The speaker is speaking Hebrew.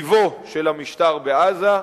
מטיבו של המשטר בעזה,